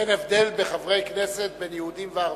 אין הבדל בחברי הכנסת בין יהודים לערבים.